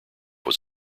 was